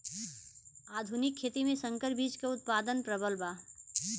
आधुनिक खेती में संकर बीज क उतपादन प्रबल बा